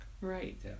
Right